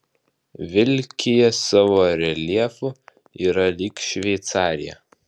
vilkija savo reljefu yra lyg šveicarija